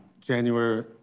January